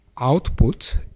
output